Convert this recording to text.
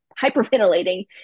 hyperventilating